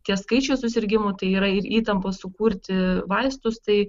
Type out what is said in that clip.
tie skaičiai susirgimų tai yra ir įtampa sukurti vaistus tai